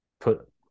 put